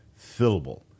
fillable